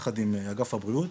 יחד עם אגף הבריאות,